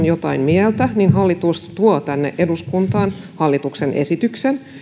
jotain mieltä hallitus tuo tänne eduskuntaan hallituksen esityksen